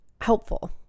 helpful